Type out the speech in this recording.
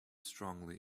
strongly